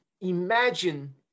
Imagine